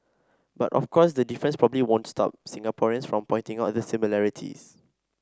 but of course the difference probably won't stop Singaporeans from pointing out the similarities